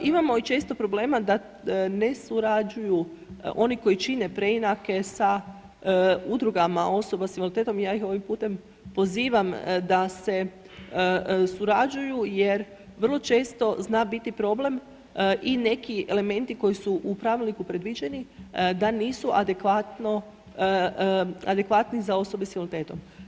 Imamo i često problema da ne surađuju oni koji čine preinake sa Udrugama osoba s invaliditetom, ja ih ovim putem pozivam da se surađuju jer vrlo često zna biti problem i neki elementi koji su u pravilniku predviđeni, da nisu adekvatno, adekvatni za osobe s invaliditetom.